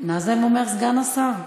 נאזם אומר: סגן השר.